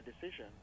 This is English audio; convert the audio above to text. decision